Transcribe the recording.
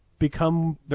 become